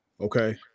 Okay